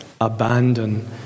abandon